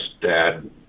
dad